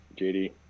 JD